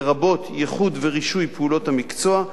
לרבות ייחוד ורישוי פעולות המקצוע,